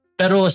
pero